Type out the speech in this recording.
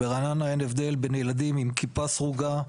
ברעננה אין הבדל בין ילדים עם כיפה סרוגה,